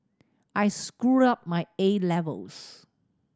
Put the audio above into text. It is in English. I screwed up my A levels